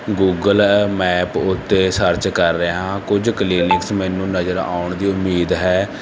Google map ਉਤੇ search ਕਰ ਰਿਹਾ ਹਾਂ ਕੁਝ ਕਲੀਨਿਕਸ ਮੈਨੂੰ ਨਜ਼ਰ ਆਉਣ ਦੀ ਉਮੀਦ ਹੈ